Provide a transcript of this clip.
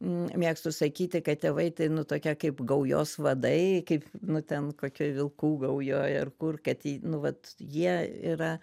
mėgstu sakyti kad tėvai tai nu tokie kaip gaujos vadai kaip nu ten kokioj vilkų gaujoj ar kur kad jį nu vat jie yra